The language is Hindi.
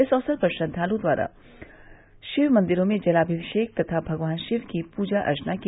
इस अवसर पर श्रद्वालु द्वारा शिव मंदिरों में जलामिषेक कर भगवान शिव की पूजा अर्चना किया